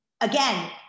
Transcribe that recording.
again